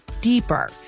deeper